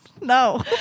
No